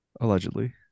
Allegedly